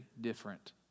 different